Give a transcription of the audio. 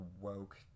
woke